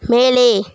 மேலே